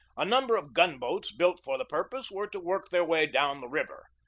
a number of gun-boats built for the purpose were to work their way down the river,